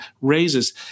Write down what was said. raises